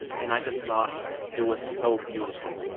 and i just thought it was so beautiful.